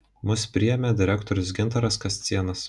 mus priėmė direktorius gintaras kascėnas